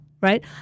right